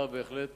אתה בהחלט